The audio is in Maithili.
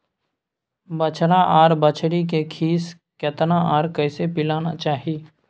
बछरा आर बछरी के खीस केतना आर कैसे पिलाना चाही?